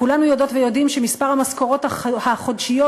כולנו יודעות ויודעים שמספר המשכורות החודשיות